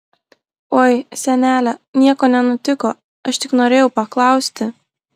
oi senele nieko nenutiko aš tik norėjau paklausti